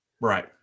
Right